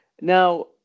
Now